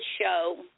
show